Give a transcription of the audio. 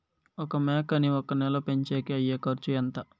ఒక మేకని ఒక నెల పెంచేకి అయ్యే ఖర్చు ఎంత?